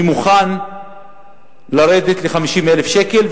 אני מוכן לרדת ל-50,000 שקל,